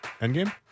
Endgame